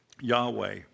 Yahweh